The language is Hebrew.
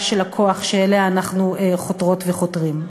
של הכוח שאליה אנחנו חותרות וחותרים.